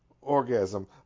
orgasm